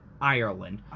Ireland